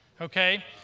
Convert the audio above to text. okay